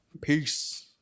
Peace